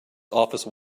office